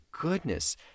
goodness